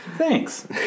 Thanks